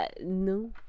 No